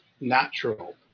natural